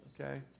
Okay